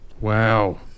wow